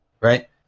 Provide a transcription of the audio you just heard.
right